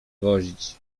wozić